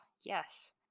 yes